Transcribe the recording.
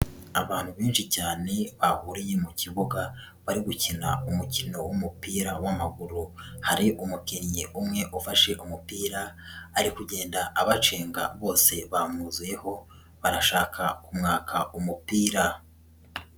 Abantu benshi cyane bahuriye mu kibuga, bari gukina umukino w'umupira w'amaguru, hari umukinnyi umwe ufashe umupira, ari kugenda abacenga bose bamwuzuyeho, barashaka kumwaka umupira.